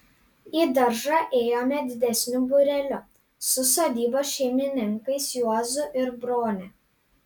į daržą ėjome didesniu būreliu su sodybos šeimininkais juozu ir brone